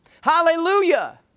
Hallelujah